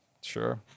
sure